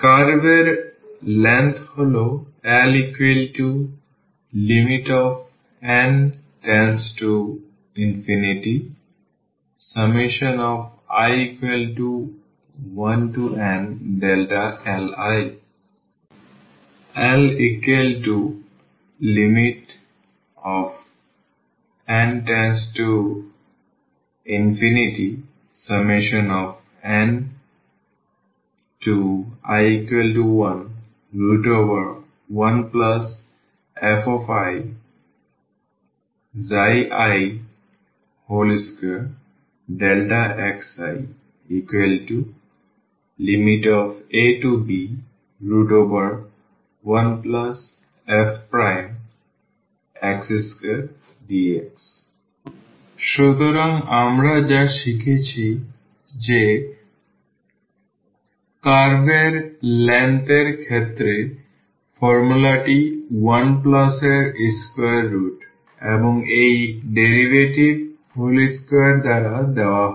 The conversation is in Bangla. কার্ভ এর দৈর্ঘ্য হল Ln→∞i1nli Ln→∞i1n1fi2xi ab1fx2dx সুতরাং আমরা যা শিখেছি যে কার্ভ এর দৈর্ঘ্য এর ক্ষেত্রেফর্মুলাটি 1 প্লাস এর square root এবং এই ডেরিভেটিভ whole square দ্বারা দেওয়া হয়